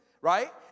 right